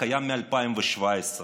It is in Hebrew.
קיים מ-2017,